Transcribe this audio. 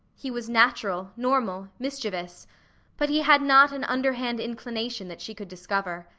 he was natural, normal, mischievous but he had not an underhand inclination that she could discover.